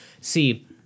See